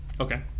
Okay